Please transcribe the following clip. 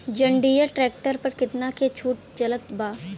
जंडियर tractor पर कितना के छूट चलत बा?